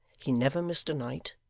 he never missed a night,